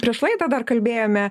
prieš laidą dar kalbėjome